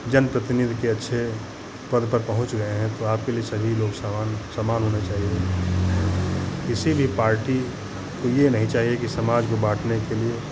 जनप्रतिनिधि के अच्छे पद पर पहुँच गए हैं तो आपके लिए सभी लोग समान समान होने चाहिए इसीलिए पार्टी को ये नहीं चाहिए कि समाज को बाँटने के लिए